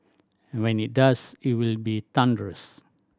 and when it does it will be thunderous